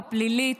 הפלילית,